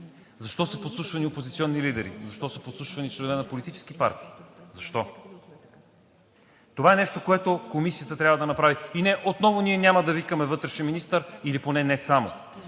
Защо са подслушвани опозиционни лидери? Защо са подслушвани членове на политически партии? Защо? Това е нещо, което Комисията трябва да направи. И не! Отново ние няма да викаме вътрешен министър, или поне не само.